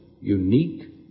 unique